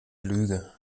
lüge